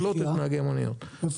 הרכש